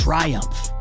triumph